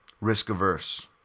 risk-averse